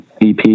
EP